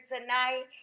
tonight